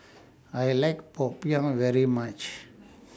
I like Popiah very much